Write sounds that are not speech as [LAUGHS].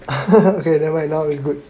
[LAUGHS] okay never mind now is good